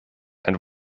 and